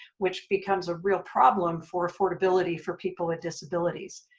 which becomes a real problem for affordability for people with disabilities.